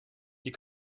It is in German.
die